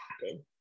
happen